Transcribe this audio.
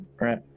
Right